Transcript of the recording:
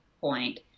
point